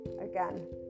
again